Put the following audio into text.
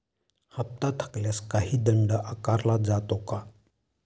हप्ता थकल्यास काही दंड आकारला जातो का?